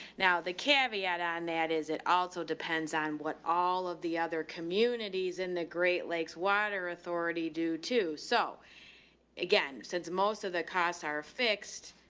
now the caveat on that is it also depends on what all of the other communities in the great lakes water authority do. to. so again, since most of the costs are fixed,